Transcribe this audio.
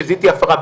כשזיהיתי הפרה,